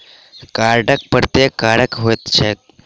Card कतेक प्रकारक होइत छैक?